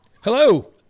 hello